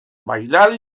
bailar